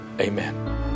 Amen